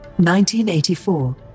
1984